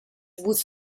vus